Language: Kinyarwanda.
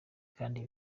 kandi